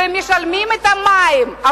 שמשלמים על המים,